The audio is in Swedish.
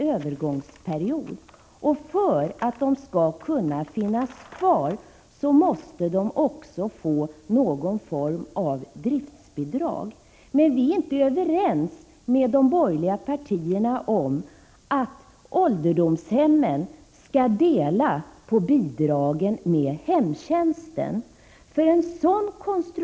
Den som behöver hjälp för att sköta sin hygien och få på sig kläderna får i vissa kommuner betala för den hjälpen inte bara efter egen inkomst utan också i förhållande till makens inkomst.